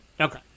Okay